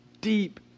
deep